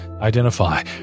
identify